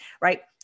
right